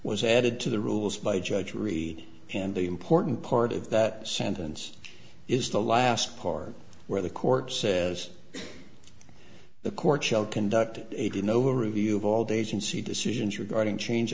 was added to the rules by judge read and the important part of that sentence is the last part where the court says the court shall conduct a dyno review of all the agency decisions regarding change